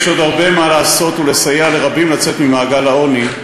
יש עוד הרבה מה לעשות ולסייע לרבים לצאת ממעגל העוני,